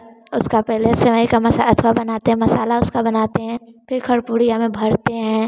उसका पहले सेवई का मसाला बनाते हैं मसाला उसका बनाते हैं फिर घरपुरिया में भरते हैं